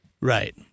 Right